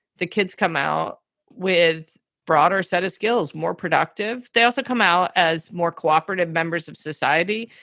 the kids come out with broader set of skills more productive. they also come out as more cooperative members of society,